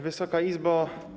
Wysoka Izbo!